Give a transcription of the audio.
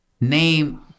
name